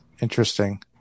interesting